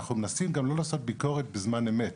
אנחנו מנסים גם לא לעשות ביקורת בזמן אמת.